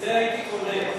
את זה הייתי קונה.